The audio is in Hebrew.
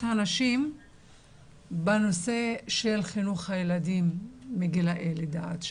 הנשים בנושא של חינוך הילדים מגילאי לידה עד שלוש.